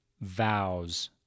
vows